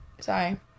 Sorry